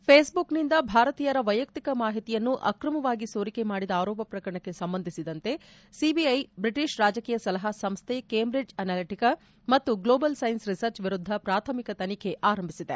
ಫೇಸ್ಬುಕ್ನಿಂದ ಭಾರತೀಯರ ವೈಯಕ್ತಿಕ ಮಾಹಿತಿಯನ್ನು ಅಕ್ರಮವಾಗಿ ಸೋರಿಕೆ ಮಾಡಿದ ಆರೋಪ ಪ್ರಕರಣಕ್ಕೆ ಸಂಬಂಧಿಸಿದಂತೆ ಸಿಬಿಐ ಬ್ರಿಟಿಷ್ ರಾಜಕೀಯ ಸಲಹಾ ಸಂಸ್ತೆ ಕೇಂಬ್ರಿಡ್ಜ್ ಅನಲಿಟಿಕಾ ಮತ್ತು ಗ್ಲೋಬಲ್ ಸ್ಟೈನ್ಟ್ ರಿಸರ್ಚ್ ವಿರುದ್ದ ಪ್ರಾಥಮಿಕ ತನಿಖೆ ಆರಂಭಿಸಿದೆ